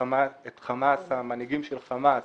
מנהיגי חמאס